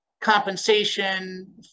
compensation